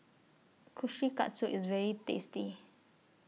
Kushikatsu IS very tasty